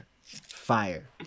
Fire